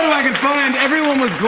i could find. every one was